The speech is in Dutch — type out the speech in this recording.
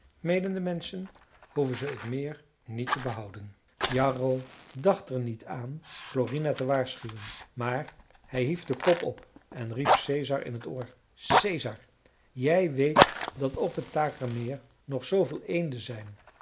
meenen de menschen hoeven ze het meer niet te behouden jarro dacht er niet aan klorina te waarschuwen maar hij hief den kop op en riep caesar in t oor caesar jij weet dat op het takermeer nog zooveel eenden zijn